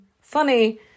funny